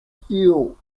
fuel